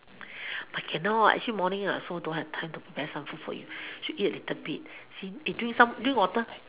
but cannot actually morning I also don't have time to prepare some food for you should eat a little bit see eh drink some drink water